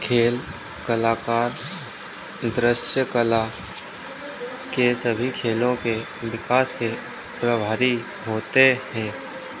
खेल कलाकार दृश्यकला के सभी खेलों के विकास के प्रभारी होते हैं